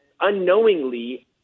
unknowingly